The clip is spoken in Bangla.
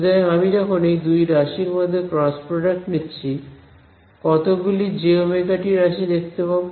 সুতরাং আমি যখন এই দুটি রাশির মধ্যে ক্রস প্রডাক্ট নিচ্ছি কতগুলি jωt রাশি দেখতে পাবে